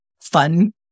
fun